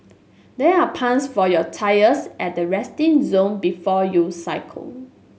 there are pumps for your tyres at the resting zone before you cycle